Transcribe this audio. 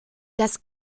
das